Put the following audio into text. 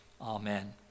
Amen